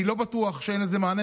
אני לא בטוח שאין לזה מענה,